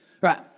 Right